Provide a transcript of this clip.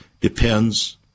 depends